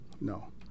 No